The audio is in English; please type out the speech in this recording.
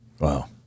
Wow